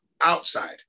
outside